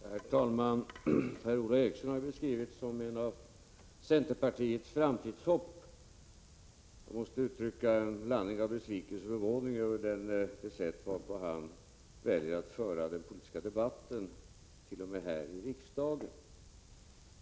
Herr talman! Per-Ola Eriksson har beskrivits som ett av centerpartiets framtidshopp. Jag måste uttrycka en blandning av besvikelse och förvåning över det sätt varpå han väljer att föra den politiska debatten, t.o.m. här i riksdagen.